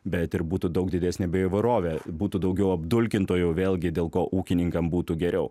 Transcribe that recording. bet ir būtų daug didesnė bio įvairovė būtų daugiau apdulkintojų vėlgi dėl ko ūkininkam būtų geriau